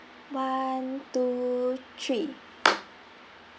one two three